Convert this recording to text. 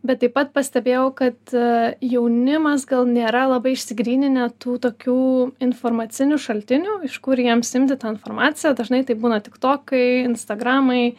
bet taip pat pastebėjau kad jaunimas gal nėra labai išsigryninę tų tokių informacinių šaltinių iš kur jiems imti tą informaciją dažnai tai būna tiktokai instagramai